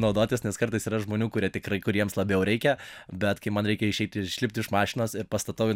naudotis nes kartais yra žmonių kurie tikrai kuriems labiau reikia bet kai man reikia išeiti ir išlipti iš mašinos ir pastatau į